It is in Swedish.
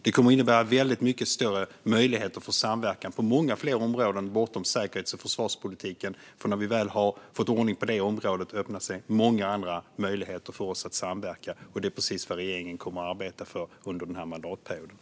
Det kommer att innebära väldigt mycket större möjligheter för samverkan på många fler områden bortom säkerhets och försvarspolitiken, för när vi väl har fått ordning på det området öppnar sig många andra möjligheter för oss att samverka. Och det är precis vad regeringen kommer att arbeta för under mandatperioden.